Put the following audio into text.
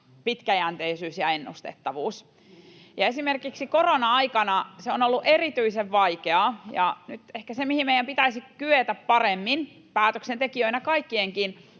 pitkäjänteisyys ja ennustettavuus. Esimerkiksi korona-aikana se on ollut erityisen vaikeaa, ja nyt ehkä se, mihin meidän pitäisi kyetä paremmin päätöksentekijöinä, kaikkien